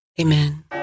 Amen